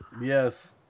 Yes